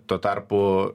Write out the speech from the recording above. tuo tarpu